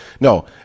No